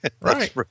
right